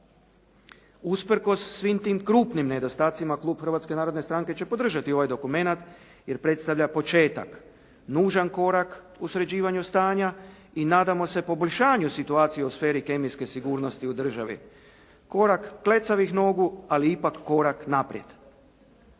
Usprkos svim tim krupnim nedostacima klub Hrvatske narodne stranke će podržati ovaj dokument jer predstavlja početak, nužan korak u sređivanju stanja i nadamo se poboljšanju situacije u sferi kemijske sigurnosti u državi. Korak klecavih nogu, ali ipak korak naprijed.